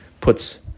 puts